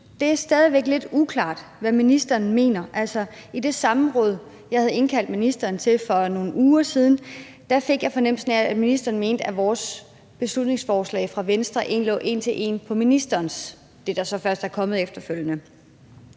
det er stadig væk lidt uklart, hvad ministeren mener. Altså, i det samråd, jeg havde indkaldt ministeren til for nogle uger siden, fik jeg fornemmelsen af, at ministeren mente, at vores beslutningsforslag svarede en til en til ministerens, altså det, som så først er kommet efterfølgende.